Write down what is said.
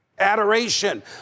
Adoration